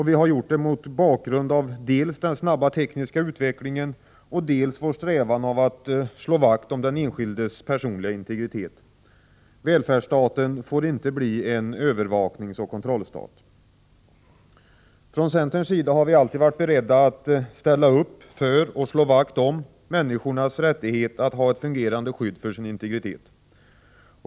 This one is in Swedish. Vi har gjort det mot bakgrund av dels den snabba tekniska utvecklingen, dels vår strävan att slå vakt om den enskildes personliga integritet. Välfärdsstaten får inte bli en övervakningsoch kontrollstat. Från centerns sida har vi alltid varit beredda att ställa upp för och slå vakt om människans rätt till ett fungerande skydd för sin integritet.